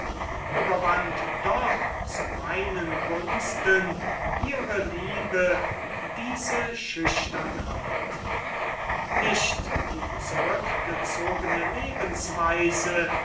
überwand doch zu meinen gunsten ihre liebe diese schüchternheit nicht die zurückgezogene lebensweise